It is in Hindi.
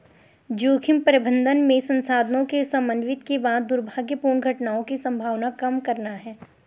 जोखिम प्रबंधन में संसाधनों के समन्वित के बाद दुर्भाग्यपूर्ण घटनाओं की संभावना कम करना है